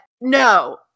no